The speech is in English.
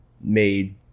made